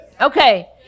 Okay